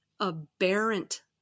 aberrant